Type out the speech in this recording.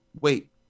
wait